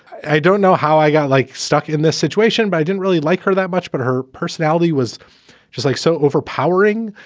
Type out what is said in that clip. i don't know how i got like stuck in this situation, but i didn't really like her that much. but her personality was just like so overpowering.